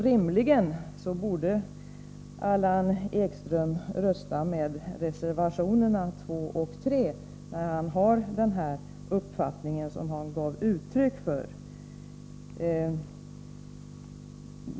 Rimligen borde Allan Ekström rösta med reservationerna 2 och 3, när han har den uppfattning som han här gav uttryck för.